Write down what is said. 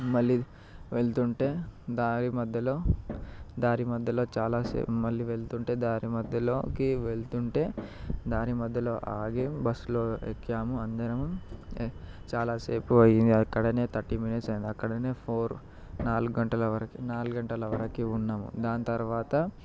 మళ్ళీ వెళుతుంటే దారి మధ్యలో దారి మధ్యలో చాలాసేపు మళ్ళీ వెళుతుంటే దారి మధ్యలోకి వెళుతుంటే దారి మధ్యలోకి వెళుతుంటే దారి మధ్యలో ఆగి బస్సులో ఎక్కాము అందరం చాలాసేపు అయింది అక్కడనే థర్టీ మినిట్స్ అయింది అక్కడనే ఫోర్ నాలుగు గంటల వరకి నాలుగు గంటల వరకి ఉన్నము దాని తరువాత